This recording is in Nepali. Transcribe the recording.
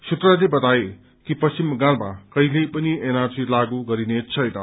सूत्रहरूले बताए कि पश्चिम बंगालमा कहिल्यै पनि एनआरसी लागू गरिने छैन